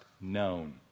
known